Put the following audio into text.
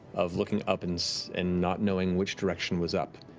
of looking up and so and not knowing which direction was up.